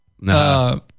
No